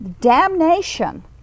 damnation